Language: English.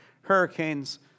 hurricanes